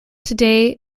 today